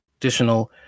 Additional